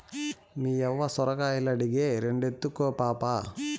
మేయవ్వ సొరకాయలడిగే, రెండెత్తుకో పాపా